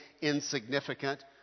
insignificant